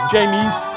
Jamie's